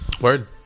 word